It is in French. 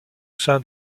sein